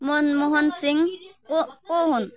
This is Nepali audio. मनमो हन सिंह को को हुन्